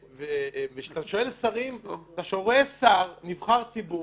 וכשאתה שואל שרים, אתה רואה שר נבחר ציבור,